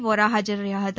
વોરા હાજર રહ્યા હતા